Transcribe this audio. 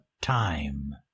time